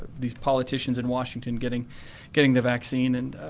these politicians in washington getting getting the vaccine, and,